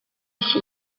ici